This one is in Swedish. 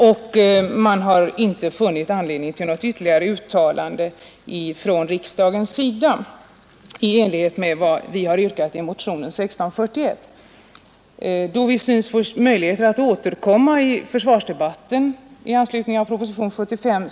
Då vi får möjligheter att återkomma i försvarsdebatten i anslutning till propositionen 75, har jag för dagen inte någon anledning att mot ett enigt utskott yrka bifall till motionen 1641.